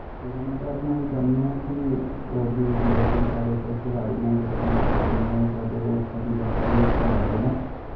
tournament organise करने आं कि होर बी मतलब कि साढ़े इत्थै खलाड़ी न जेह्के मतलब कि ओह् अग्गें नेईं जाई सकदे ओह् बड़ी चढ़ियै इत्थै हिस्सा लैंदे न